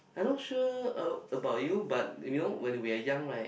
I not sure uh about you but you know when we are young right